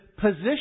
position